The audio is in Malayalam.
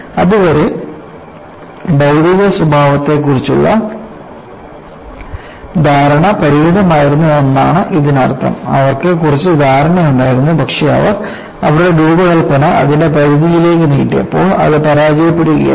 അതിനാൽ അതുവരെ ഭൌതിക സ്വഭാവത്തെക്കുറിച്ചുള്ള ധാരണ പരിമിതമായിരുന്നു എന്നാണ് ഇതിനർത്ഥം അവർക്ക് കുറച്ച് ധാരണയുണ്ടായിരുന്നു പക്ഷേ അവർ അവരുടെ രൂപകൽപ്പന അതിന്റെ പരിധിയിലേക്ക് നീട്ടിയപ്പോൾ അത് പരാജയപ്പെടുകയായിരുന്നു